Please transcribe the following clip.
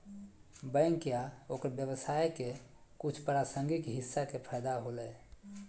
bank या ओकर व्यवसाय के कुछ प्रासंगिक हिस्सा के फैदा होलय